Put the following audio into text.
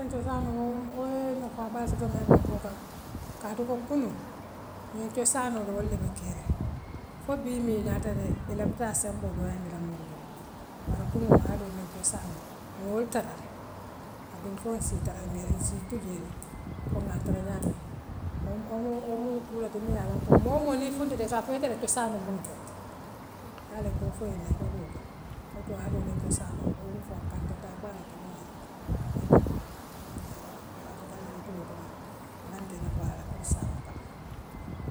Ňiŋ cossaanoo woo yee nafaa baa soto na ňiŋ bankoo kono kaatu foo kunuŋ ňiŋ cossaanoo wool le be keeriŋ foo bii min naatalee ilafta a semboo dooyandi moole kono bare kunuŋ haadoo niŋ cossaanoo wool nte le aduŋ foo issi tara ňiŋ n'issi tujee ko ŋaa tara ňaami wo wo muŋ wo muŋ kuuleti muŋ yaa loŋ ko moo moo niŋ i funtita issa foo itele cossaanoo kuntu ati yaa loŋ koo foo ila baluuo kono woto haadoo niŋ cosaanoo woo muŋ foo a kantata baa le ate muŋ yaa la loŋ koo kantamuu moo ŋonta woo puri amuta ila buloo kono abe ite le nafaa la kommu issaa mool kamara.